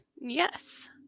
Yes